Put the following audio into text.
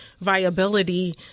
viability